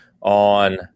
on